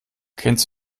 kennst